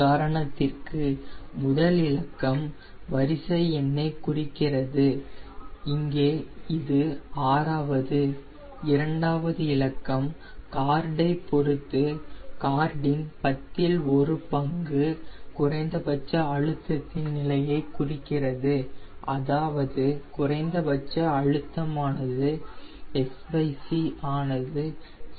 உதாரணத்திற்கு முதல் இலக்கம் வரிசை எண்ணைக் குறிக்கிறது இங்கே இது ஆறாவது இரண்டாவது இலக்கம் கார்டை பொருத்து கார்டின் பத்தில் ஒரு பங்கு குறைந்தபட்ச அழுத்தத்தின் நிலையை குறிக்கிறது அதாவது குறைந்தபட்ச அழுத்தமானது xc ஆனது 0